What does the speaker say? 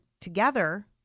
together